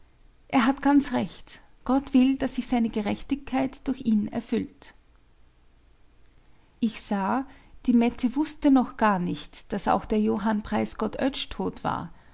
er hat ganz recht gott will daß sich seine gerechtigkeit durch ihn erfüllt ich sah die mette wußte noch gar nicht daß auch der johann preisgott oetsch tot war